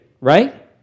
right